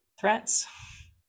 threats